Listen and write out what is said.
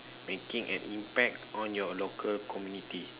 making an impact on your local community